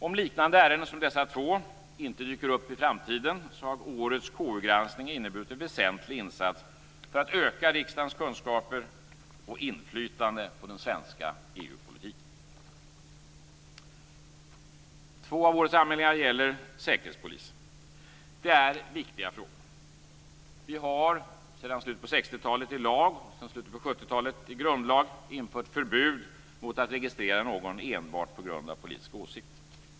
Om liknande ärenden som dessa två inte dyker upp i framtiden har årets KU-granskning inneburit en väsentlig insats för att öka riksdagens kunskaper och inflytande på den svenska EU Två av årets anmälningar gäller Säkerhetspolisen. De är viktiga frågor. Vi har sedan slutet på 60-talet i lag och sedan slutet av 70-talet i grundlag förbud mot att registrera någon enbart på grund av politiska åsikter.